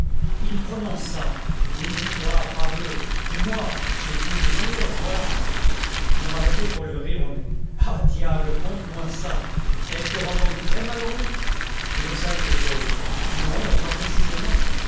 il prononça oui toi parbleu mais moi j'ai épousé une anglaise voilà je m'arrêtai pour lui rire au nez ah diable conte-moi ça et elle te rend donc très malheureux il haussa les épaules non pas précisément